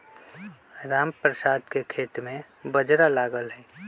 रामप्रसाद के खेत में बाजरा लगल हई